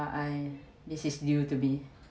I this is due to be